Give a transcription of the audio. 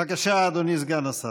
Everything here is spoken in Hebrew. בבקשה, אדוני סגן השר.